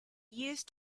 used